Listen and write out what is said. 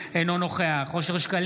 אינה נוכחת נאור שירי, אינו נוכח אושר שקלים,